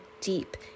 deep